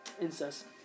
Incest